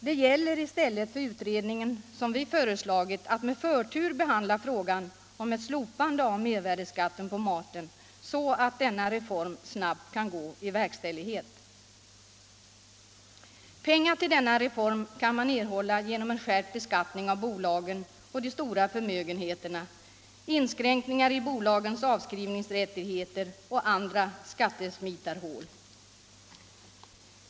Det gäller i stället för utredningen, såsom vi föreslagit, att med förtur behandla frågan om ett slopande av mervärdeskatten på maten, så att denna reform snabbt kan gå i verkställighet. Pengar till denna reform kan man erhålla genom en skärpt beskattning av bolagen och av de stora förmögenheterna och genom inskränkningar i bolagens avdragsrättigheter och andra skattesmitarhål.